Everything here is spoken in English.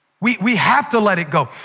we we have to let it go.